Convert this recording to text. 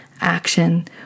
action